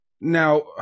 Now